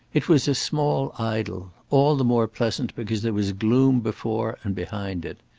it was a small idyll, all the more pleasant because there was gloom before and behind it.